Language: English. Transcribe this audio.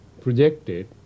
projected